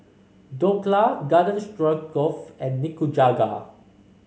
Dhokla Garden Stroganoff and Nikujaga